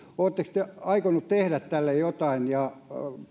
oletteko te aikoneet tehdä tälle jotain